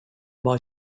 boy